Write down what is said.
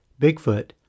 Bigfoot